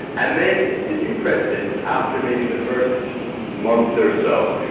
and then the new president, after maybe the first month or so,